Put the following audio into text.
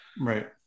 right